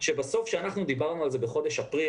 שכאשר אנחנו דיברנו על זה בחודש אפריל,